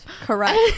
correct